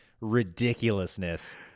ridiculousness